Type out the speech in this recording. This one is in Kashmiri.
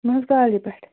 نہَ حظ کالجہِ پٮ۪ٹھ